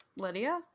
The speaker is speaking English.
Lydia